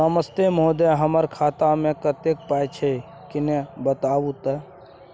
नमस्कार महोदय, हमर खाता मे कत्ते पाई छै किन्ने बताऊ त?